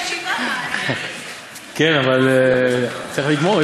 כן, אבל צריך לגמור.